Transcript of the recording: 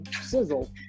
Sizzle